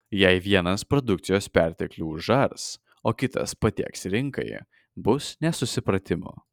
jei vienas produkcijos perteklių užars o kitas patieks rinkai bus nesusipratimų